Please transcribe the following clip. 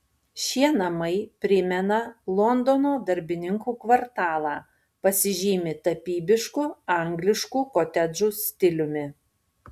šie namai primena londono darbininkų kvartalą pasižymi tapybišku angliškų kotedžų stiliumi